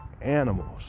animals